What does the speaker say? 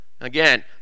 Again